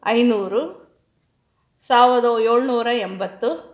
ಐನೂರು ಸಾವಿರ್ದ ಏಳ್ನೂರ ಎಂಬತ್ತು